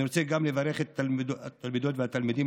אני רוצה גם לברך את התלמידות והתלמידים